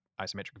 isometric